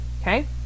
Okay